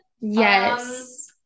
Yes